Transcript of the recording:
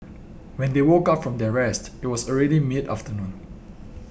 when they woke up from their rest it was already mid afternoon